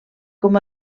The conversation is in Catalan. com